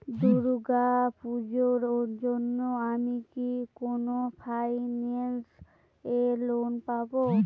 দূর্গা পূজোর জন্য আমি কি কোন ফাইন্যান্স এ লোন পাবো?